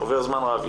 עובר זמן רב.